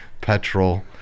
petrol